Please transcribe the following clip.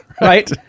right